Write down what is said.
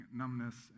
numbness